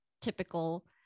typical